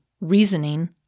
reasoning